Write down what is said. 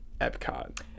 Epcot